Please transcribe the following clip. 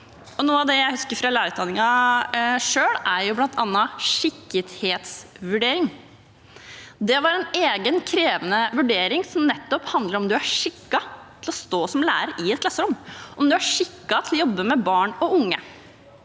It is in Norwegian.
Noe av det jeg husker fra lærerutdanningen selv, er bl.a. skikkethetsvurderingen. Det er en egen, krevende vurdering som handler om hvorvidt man er skikket til å stå som lærer i et klasserom, om man er skikket til å jobbe med barn og unge.